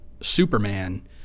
Superman